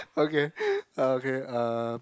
okay okay uh